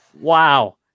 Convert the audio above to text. wow